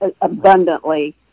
abundantly